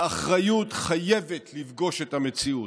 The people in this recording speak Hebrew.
האחריות חייבת לפגוש את המציאות.